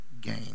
gain